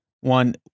One